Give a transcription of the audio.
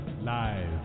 live